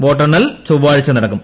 വോട്ടെണ്ണൽ ചൊവ്വാഴ്ച നടക്കും